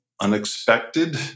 unexpected